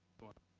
but